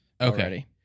Okay